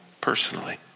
personally